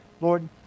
Lord